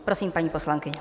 Prosím, paní poslankyně.